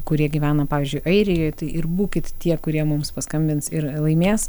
kurie gyvena pavyzdžiui airijoj tai ir būkit tie kurie mums paskambins ir laimės